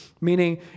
meaning